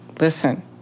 listen